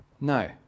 No